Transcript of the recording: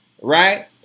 Right